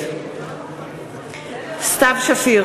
סתיו שפיר,